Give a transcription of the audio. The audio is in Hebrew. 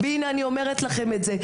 ואני חליתי איתם.